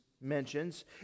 mentions